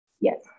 yes